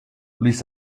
luis